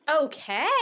Okay